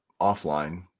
offline